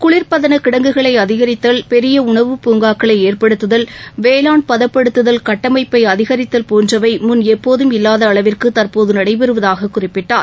குளிர்பதன கிடங்குகளை அதிகரித்தல் பெரிய உணவு பூங்காக்களை ஏற்படுத்துதல் வேளாண் பதப்படுத்துதல் கட்டமைப்பை அதிகரித்தல் போன்றவை முன் எப்போதும் இல்லாத அளவிற்கு தற்போது நடைபெறுவதாக குறிப்பிட்டார்